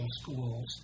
schools